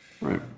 Right